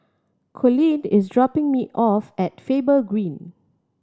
colleen is dropping me off at Faber Green